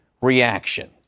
reaction